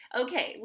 okay